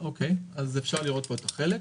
אז אפשר לראות פה את החלק.